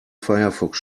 firefox